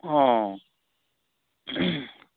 অঁ